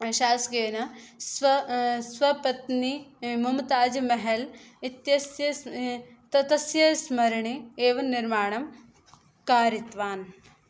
शासकेन स्व स्वपत्नी मुमताज् महल् इत्यस्य तस्य स्मरणे एव निर्माणं कारितवान्